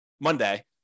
monday